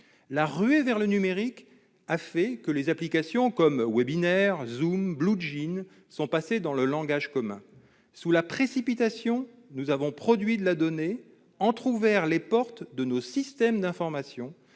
La ruée vers le numérique a fait que les noms d'applications comme Webinaire, Zoom ou BlueJeans sont passés dans le langage commun. Dans la précipitation, nous avons produit de la donnée, entrouvert les portes de nos systèmes d'information,